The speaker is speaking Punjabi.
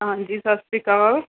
ਹਾਂਜੀ ਸਤਿ ਸ਼੍ਰੀ ਅਕਾਲ